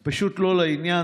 זה פשוט לא לעניין.